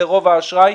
זה רוב האשראי,